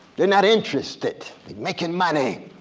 they're not interested. they're making money.